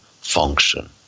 function